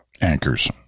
anchors